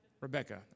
Rebecca